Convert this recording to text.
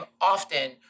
often